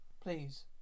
Please